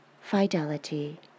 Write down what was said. fidelity